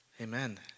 Amen